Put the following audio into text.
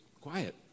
quiet